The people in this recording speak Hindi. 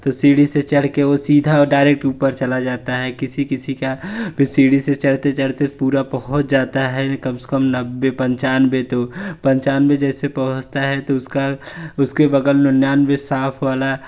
तो सीढ़ी से चढ़कर वह सीधा डायरेक्ट ऊपर चला जाता है किसी किसी का फ़िर सीढ़ी से चढ़ते चढ़ते पूरा पहुँच जाता है कम से कम नब्बे पचानवे तो पचानवे जैसे पहुँचता है तो उसका उसके बगल में निन्यानवे साँप वाला